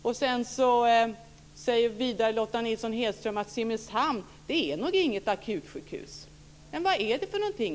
Vidare säger Lotta Nilsson-Hedström att Simrishamns sjukhus nog inte är något akutsjukhus. Men vad är det då för någonting?